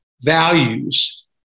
values